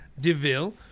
Deville